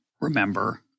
remember